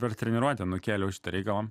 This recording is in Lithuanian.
per treniruotę nukėliau šitą reikalą